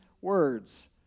words